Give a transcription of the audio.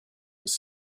was